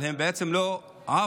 אבל הן בעצם לא עפו.